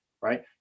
right